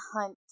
Hunt